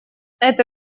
это